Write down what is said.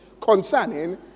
concerning